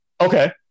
okay